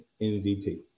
MVP